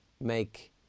make